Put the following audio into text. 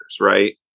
right